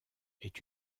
est